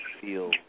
feel